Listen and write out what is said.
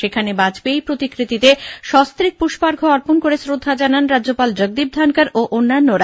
সেখানে বাজপেয়ী প্রতিকৃতিতে সস্ত্রীক পুষ্পার্ঘ অর্পণ করে শ্রদ্ধা জানান রাজ্যপাল জগদীপ ধনখড় ও অন্যান্যরা